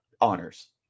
honors